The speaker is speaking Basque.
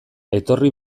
etorri